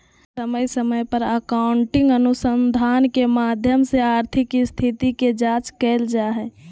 समय समय पर अकाउन्टिंग अनुसंधान के माध्यम से आर्थिक स्थिति के जांच कईल जा हइ